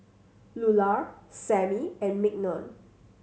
Lular Sammy and Mignon